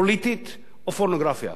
פוליטית או פורנוגרפיה.